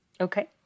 Okay